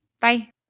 Bye